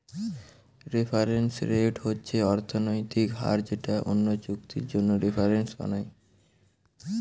reference rate হচ্ছে অর্থনৈতিক হার যেটা অন্য চুক্তির জন্যে রেফারেন্স বানায়